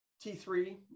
T3